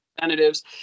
Representatives